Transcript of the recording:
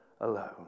alone